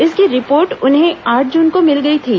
इसकी रिपोर्ट उन्हें आठ जुन को मिल गई थी